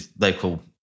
local